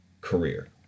career